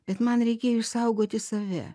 bet man reikėjo išsaugoti save